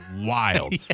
wild